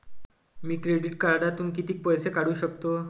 मी credit कार्डातून किती पैसे काढू शकतो?